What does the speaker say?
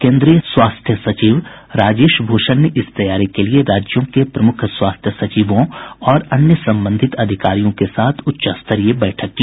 केंद्रीय स्वास्थ्य सचिव राजेश भूषण ने इस तैयारी के लिए राज्यों के प्रमुख स्वास्थ सचिवों और अन्य संबंधित अधिकारियों के साथ उच्च स्तरीय बैठक की